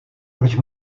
proč